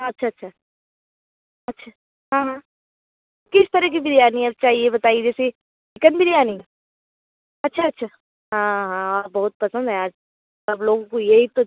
अच्छा अच्छा हाँ हाँ किस तरह की बिरयानी अब चाहिए बताइए जैसे चिकन बिरयानी अच्छा अच्छा हाँ हाँ बहुत पसंद है आज सब लोगों को यही तो